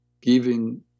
giving